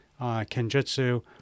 kenjutsu